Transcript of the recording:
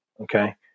okay